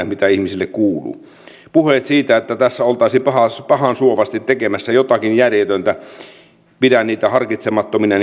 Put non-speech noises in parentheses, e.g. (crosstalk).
(unintelligible) mitä ihmisille kuuluu puheita siitä että tässä oltaisiin pahansuovasti tekemässä jotakin järjetöntä pidän harkitsemattomina (unintelligible)